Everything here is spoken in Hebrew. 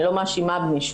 אני לא מאשימה מישהו,